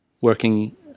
working